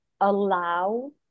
allow